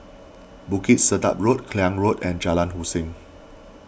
Bukit Sedap Road Klang Road and Jalan Hussein